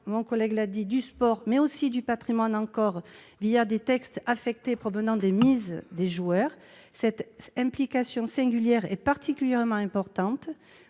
mon collègue, celui du sport, mais aussi celui du patrimoine des taxes affectées provenant des mises des joueurs. Cette implication singulière est particulièrement importante.